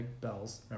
bells